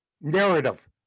narrative